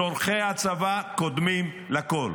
צורכי הצבא קודמים לכול.